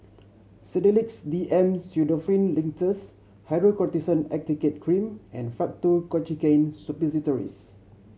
Sedilix D M Pseudoephrine Linctus Hydrocortisone Acetate Cream and Faktu Cinchocaine Suppositories